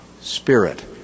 spirit